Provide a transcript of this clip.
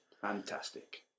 fantastic